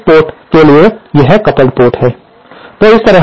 तो इस पोर्ट के लिए यह कपल्ड पोर्ट है